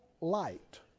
light